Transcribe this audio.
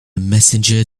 messenger